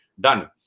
done